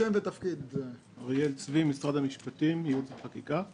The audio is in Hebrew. אריאל צבי, ייעוץ וחקיקה, משרד המשפטים.